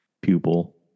pupil